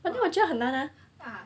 可是我觉得很难啊